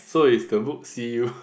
so is the book see you